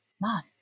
Mom